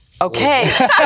Okay